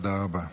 תודה רבה.